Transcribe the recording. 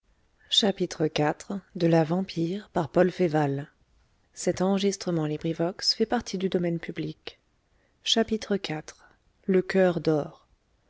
miraculeuse iv le coeur d'or